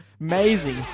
amazing